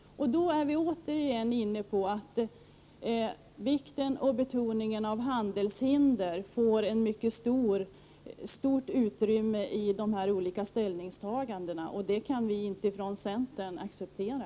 Då är vi återigen inne på att vikten och betoningen av handelshinder får ett mycket stort utrymme i dessa olika ställningstaganden. Detta kan vi från centerns sida inte acceptera.